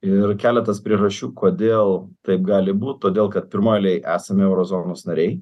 ir keletas priežasčių kodėl taip gali būt todėl kad pirmoj eilėj esam euro zonos nariai